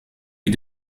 wie